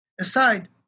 Aside